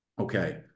okay